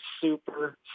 super